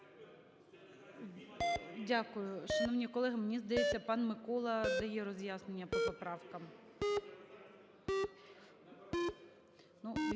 Дякую. Шановні колеги! Мені здається, пан Микола дає роз'яснення по поправкам.